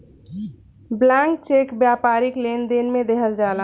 blank cheque व्यापारिक लेनदेन में देहल जाला